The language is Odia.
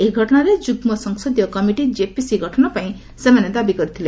ଏହି ଘଟଣାରେ ଯୁଗ୍ମ ସଂସଦୀୟ କମିଟି କ୍ଷେପିସି ଗଠନ ପାଇଁ ସେମାନେ ଦାବି କରିଥିଲେ